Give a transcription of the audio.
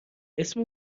اسم